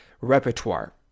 repertoire